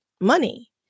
money